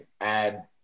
add